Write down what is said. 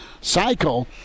cycle